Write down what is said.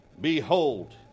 Behold